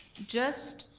just.